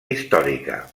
històrica